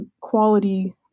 quality